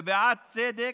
ובעד צדק,